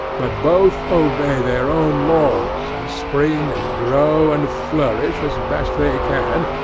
but both obey their own laws, and spring and grow and flourish as best they can,